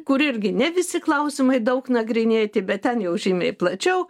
kur irgi ne visi klausimai daug nagrinėti bet ten jau žymiai plačiau